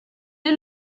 est